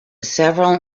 several